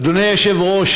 אדוני היושב-ראש,